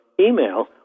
email